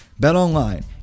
BetOnline